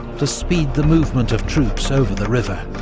to speed the movement of troops over the river.